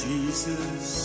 Jesus